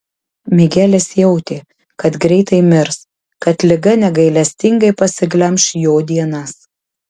migelis jautė kad greitai mirs kad liga negailestingai pasiglemš jo dienas